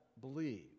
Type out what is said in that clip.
believe